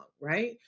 right